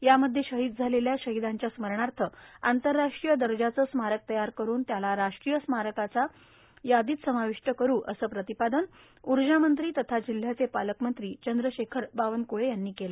यामध्ये शहीद झालेल्या शहीदांच्या स्मरणार्थ आंतरराष्ट्रीय दर्जाचे स्मारक तयार करून त्याला राष्ट्रीय स्मारकाच्या यादीत समाविष्ट करू असे प्रतिपादन ऊर्जामंत्री तथा जिल्ह्याचे पालकमंत्री चंद्रशेखर बावनक्ळे यांनी केले